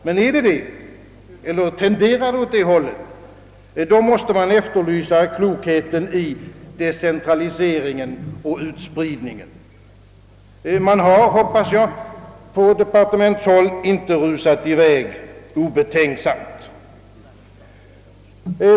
Men är det så eller tenderar det att bli så, måste man efterlysa klokheten i decentraliseringen och utspridningen. Man har, hoppas jag, på departementshåll inte rusat iväg obetänksamt.